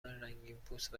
رنگینپوست